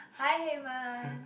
hi Haymond